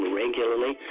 regularly